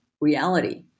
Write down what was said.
reality